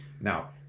Now